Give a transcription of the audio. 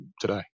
today